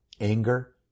anger